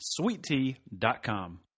sweettea.com